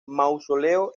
mausoleo